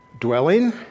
Dwelling